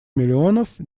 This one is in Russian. миллионов